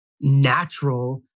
natural